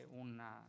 una